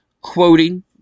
quoting